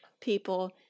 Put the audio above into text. people